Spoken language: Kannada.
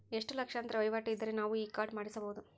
ಎಷ್ಟು ಲಕ್ಷಾಂತರ ವಹಿವಾಟು ಇದ್ದರೆ ನಾವು ಈ ಕಾರ್ಡ್ ಮಾಡಿಸಬಹುದು?